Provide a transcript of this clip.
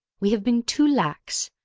we have been too lax.